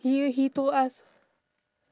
he he told us